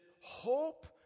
hope